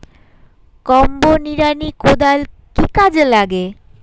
Combo নিড়ানি কোদাল কি কাজে লাগে?